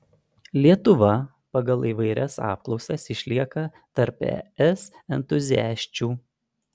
lietuva pagal įvairias apklausas išlieka tarp es entuziasčių